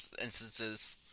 instances